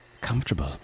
comfortable